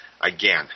Again